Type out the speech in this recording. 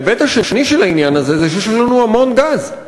ההיבט השני של העניין הזה הוא שיש לנו המון גז.